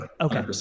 Okay